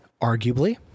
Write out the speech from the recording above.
arguably